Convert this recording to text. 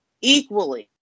equally